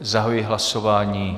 Zahajuji hlasování.